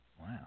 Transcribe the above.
Wow